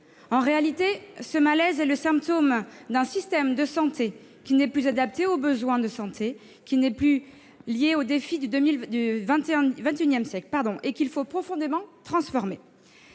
En réalité, ce malaise est le symptôme d'un système de santé qui n'est plus adapté aux besoins de santé, qui n'est plus lié aux défis du XXIsiècle et qu'il faut profondément transformer.